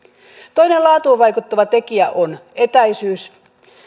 toinen laatuun vaikuttava tekijä on etäisyys